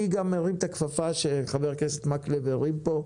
אני גם מרים את הכפפה שחבר הכנסת מקלב השליך פה,